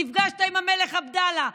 נפגשת עם המלך עבדאללה,